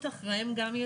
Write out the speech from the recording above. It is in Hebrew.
אז